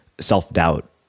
self-doubt